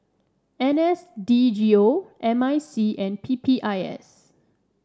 N S D G O M I C and P P I S